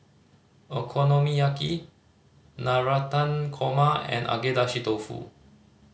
Okonomiyaki Navratan Korma and Agedashi Dofu